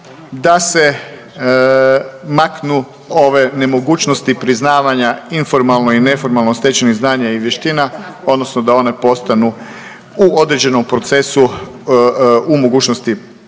da se maknu ove nemogućnosti priznavanja informalno i neformalno stečenih znanja i vještina, odnosno da one postanu u određenom procesu u mogućnosti priznavanja.